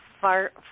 far